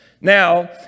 Now